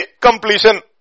completion